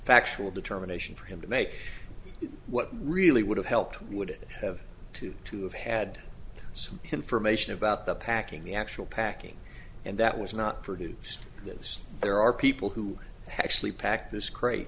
factual determination for him to make what really would have helped would have to to have had some information about the packing the actual packing and that was not produced this there are people who actually packed this crate